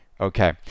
okay